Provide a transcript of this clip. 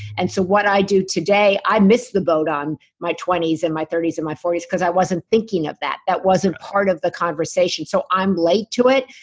and so what i do today i missed the boat on my twenty s and my thirty s and my forty s, because i wasn't thinking of that that wasn't part of the conversation, so i'm late to it.